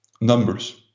numbers